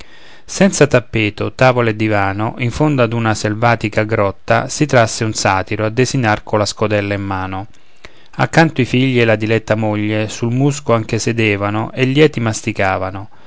senza tappeto tavola e divano in fondo a una selvatica grotta si trasse un satiro a desinar colla scodella in mano accanto i figli e la diletta moglie sul musco anche sedevano e lieti masticavano